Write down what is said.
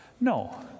No